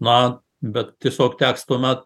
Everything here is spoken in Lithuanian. na bet tiesiog teks tuomet